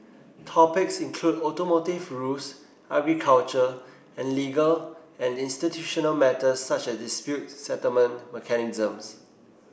topics include automotive rules agriculture and legal and institutional matters such as dispute settlement mechanisms